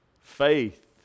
faith